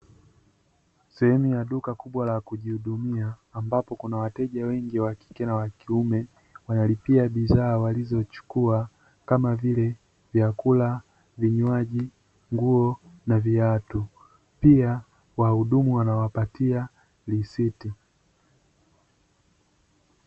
Sehemu ya duka kubwa la kujihudumia ambapo kuna wateja wengi wa kike na wa kiume wanalipia bidhaa walizochukua kama vile vyakula, vinywaji, nguo na viatu, pia wahudumu wanawapatia risiti.